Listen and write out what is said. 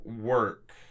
work